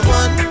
one